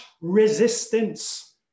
resistance